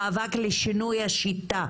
המאבק הזה הוא מאבק לשינוי השיטה